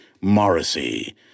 Morrissey